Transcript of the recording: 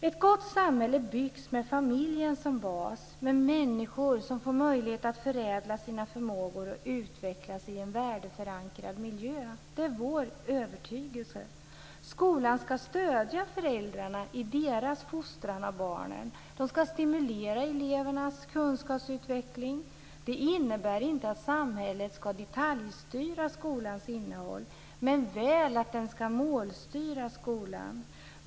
Ett gott samhälle byggs med familjen som bas där människor får möjlighet att förädla sina förmågor och utvecklas i en värdeförankrad miljö. Det är vår övertygelse. Skolan ska stödja föräldrarna i deras fostran av barnen. Den ska stimulera elevernas kunskapsutveckling. Det innebär inte att samhället ska detaljstyra skolans innehåll men väl att det ska målstyra skolan.